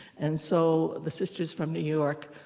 and so the sisters from new york